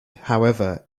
however